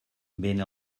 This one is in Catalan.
vent